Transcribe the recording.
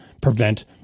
prevent